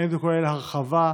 האם זה כולל הרחבה?